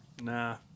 Nah